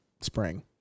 spring